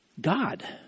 God